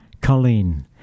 Colleen